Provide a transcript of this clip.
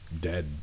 dead